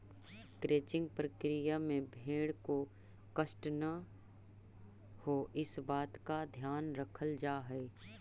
crutching प्रक्रिया में भेंड़ को कष्ट न हो, इस बात का ध्यान रखल जा हई